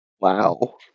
Wow